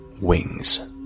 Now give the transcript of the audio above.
wings